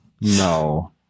no